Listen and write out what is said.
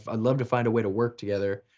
i'd love to find a way to work together,